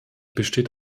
besteht